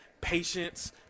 patience